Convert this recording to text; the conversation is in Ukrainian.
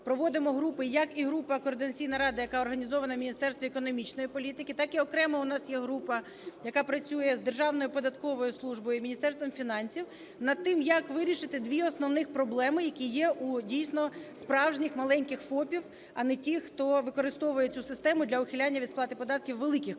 проводимо групи, як і група Координаційна рада, яка організована в Міністерстві економічної політики, так і окремо у нас є група, яка працює з Державною податковою службою і Міністерством фінансів, над тим, як вирішити дві основних проблеми, які є у дійсно справжніх маленьких ФОПів, а не тих, хто використовує цю систему для ухиляння від сплати податків у великих компаніях.